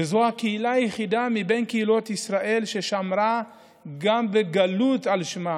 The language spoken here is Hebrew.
וזאת הקהילה היחידה מבין קהילות ישראל ששמרה גם בגלות על שמה,